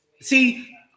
See